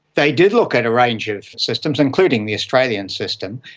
they did look at a range of systems, including the australian system,